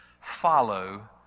follow